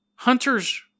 Hunters